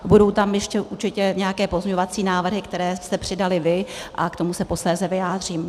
Budou tam ještě určitě nějaké pozměňovací návrhy, které jste přidali vy, a k tomu se posléze vyjádřím.